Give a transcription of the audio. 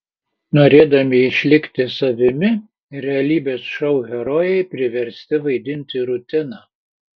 norėdami išlikti savimi realybės šou herojai priversti vaidinti rutiną